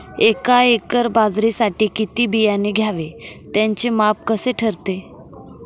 एका एकर बाजरीसाठी किती बियाणे घ्यावे? त्याचे माप कसे ठरते?